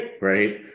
right